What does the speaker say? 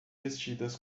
vestidas